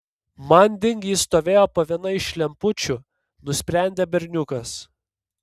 manding jis stovėjo po viena iš lempučių nusprendė berniukas